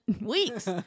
weeks